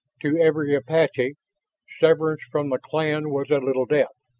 to every apache severance from the clan was a little death.